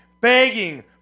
begging